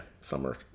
summer